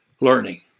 Learning